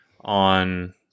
on